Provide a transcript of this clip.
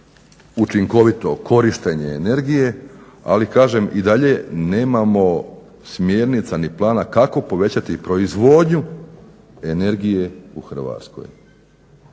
učinkovito korištenje energije. Ali kažem, i dalje nemamo smjernica ni plana kako povećati proizvodnju energije u Hrvatskoj,